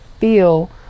feel